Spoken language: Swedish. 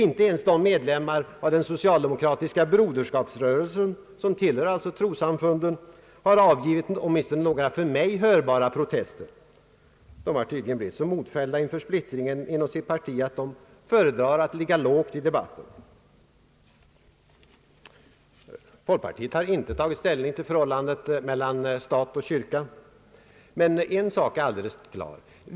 Inte ens de medlemmar av den socialdemokratiska Broderskapsrörelsen som tillhör trossamfunden har avgivit några åtminstone för mig hörbara protester. De har tydligen blivit så modfällda inför splittringen inom sitt parti att de föredrar att ligga lågt i debatten. Folkpartiet har inte tagit ställning till frågan om förhållandet mellan stat och kyrka, men en sak är alldeles klar.